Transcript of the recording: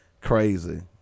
crazy